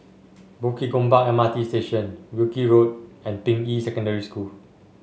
Bukit Gombak M R T Station Wilkie Road and Ping Yi Secondary School